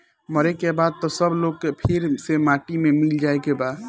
मरे के बाद त सब लोग के फेर से माटी मे मिल जाए के बा